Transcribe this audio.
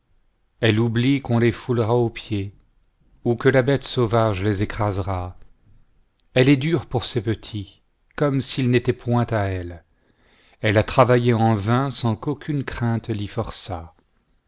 elle oublie qu'on les foulera aux pieds ou que la bête sauvage les écrasera elle est dure pour ses petits commo s'ils n'étaient point à elle elle a travaillé en vain sans qu'aucune crainte